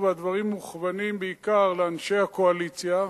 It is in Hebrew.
והדברים מכוונים בעיקר לאנשי הקואליציה,